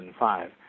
2005